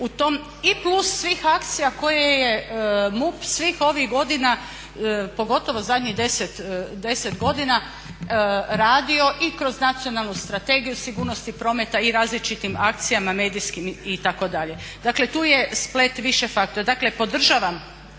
i plus svih akcija koje je MUP svih ovih godina, pogotovo zadnjih 10 godina radio i kroz nacionalnu Strategiju sigurnosti prometa i različitim akcijama medijskim itd. Dakle, tu je splet više faktora. Dakle, podražavam